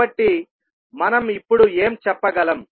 కాబట్టి మనం ఇప్పుడు ఏం చెప్పగలం